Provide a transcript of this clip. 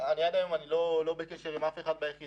עד היום אני לא בקשר עם אף אחד ביחידה.